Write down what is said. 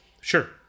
Sure